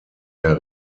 der